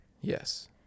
Yes